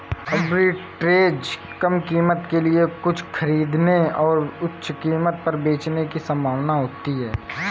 arbitrage कम कीमत के लिए कुछ खरीदने और इसे उच्च कीमत पर बेचने की संभावना होती है